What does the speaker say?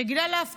שגילה, להפתעתו,